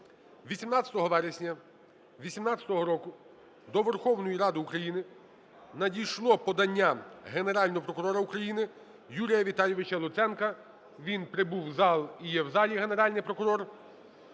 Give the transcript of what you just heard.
18 вересня 2018 року до Верховної Ради України надійшло подання Генерального прокурора України Юрія Віталійовича Луценка (він прибув в зал і є в залі Генеральний прокурор)